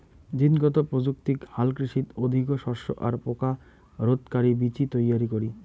জীনগত প্রযুক্তিক হালকৃষিত অধিকো শস্য আর পোকা রোধকারি বীচি তৈয়ারী করি